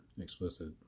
Explicit